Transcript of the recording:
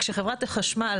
כשחברת החשמל,